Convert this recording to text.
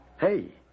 Hey